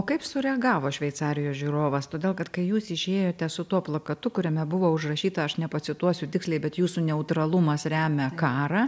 o kaip sureagavo šveicarijos žiūrovas todėl kad kai jūs išėjote su tuo plakatu kuriame buvo užrašyta aš nepacituosiu tiksliai bet jūsų neutralumas remia karą